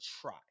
try